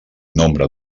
nombre